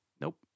Nope